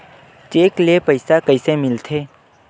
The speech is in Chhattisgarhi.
चेक ले पईसा कइसे मिलथे?